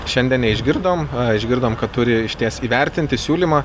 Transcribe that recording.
šiandien neišgirdom išgirdom kad turi išties įvertinti siūlymą